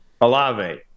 Alave